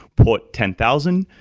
port ten thousand,